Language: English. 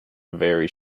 very